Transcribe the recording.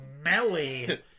smelly